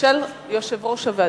יושב-ראש הוועדה.